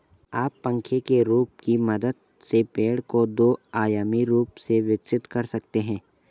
आप पंखे के रूप की मदद से पेड़ को दो आयामी रूप से विकसित कर सकते हैं